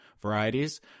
varieties